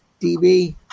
dB